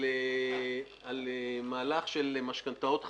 על מהלך של משכנתאות חדשות,